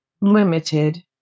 limited